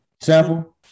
sample